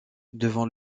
devant